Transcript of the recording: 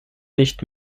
nicht